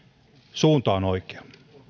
suunta on oikea